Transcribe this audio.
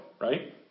right